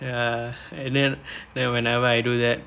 ya and then whenever I do that